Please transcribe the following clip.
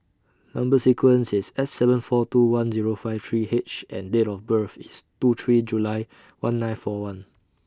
Number sequence IS S seven four two one Zero five three H and Date of birth IS two three July one nine four one